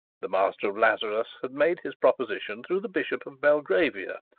the master of lazarus had made his proposition through the bishop of belgravia.